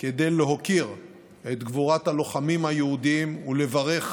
כדי להוקיר את גבורת הלוחמים היהודים ולברך